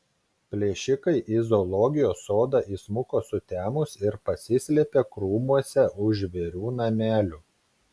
plėšikai į zoologijos sodą įsmuko sutemus ir pasislėpė krūmuose už žvėrių namelių